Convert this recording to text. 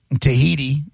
Tahiti